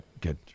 good